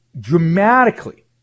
dramatically